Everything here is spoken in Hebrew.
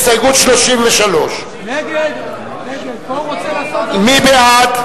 הסתייגות 33. מי בעד?